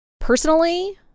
personally